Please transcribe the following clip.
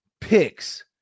picks